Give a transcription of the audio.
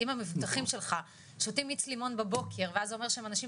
אם המבוטחים שלך שותים מיץ לימון בבוקר ואז זה אומר שהם אנשים